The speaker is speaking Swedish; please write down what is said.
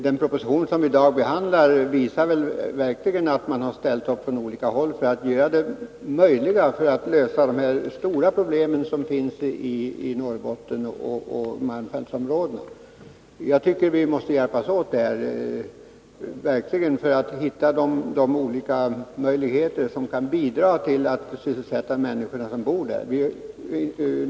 Den proposition som vi i dag behandlar visar att man ställt upp från olika håll för att såvitt möjligt lösa de stora problem som finns i Norrbotten, inte minst i malmfältskommunerna. Vi måste hjälpas åt för att hitta olika möjligheter att sysselsätta de människor som bor där.